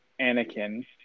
Anakin